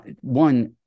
One